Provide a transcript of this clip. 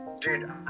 Dude